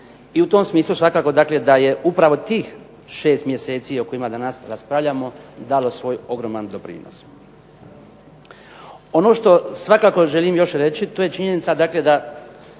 i u tom smislu svakako dakle da je upravo tih 6 mjeseci o kojima danas raspravljamo dalo svoj ogroman doprinos. Ono što svakako želim još reći to je činjenica